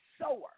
sower